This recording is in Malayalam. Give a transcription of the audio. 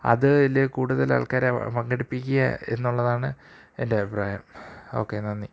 അതില് കൂടുതല് ആള്ക്കാരെ പങ്കെടുപ്പിക്കുക എന്നുള്ളതാണ് എന്റെ അഭിപ്രായം ഓക്കെ നന്ദി